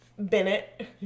Bennett